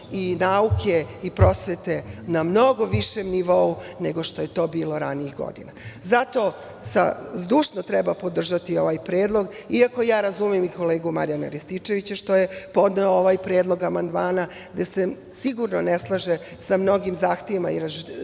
i nauke i prosvete na mnogo višem nivou nego što je to bilo ranijih godina. Zato zdušno treba podržati ovaj predlog, iako ja razumem i kolegu Marijana Rističevića, što je podneo ovaj predlog amandmana gde se sigurno ne slaže sa mnogim zahtevima